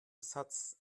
satz